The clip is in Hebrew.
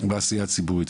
בעשייה הציבורית,